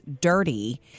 dirty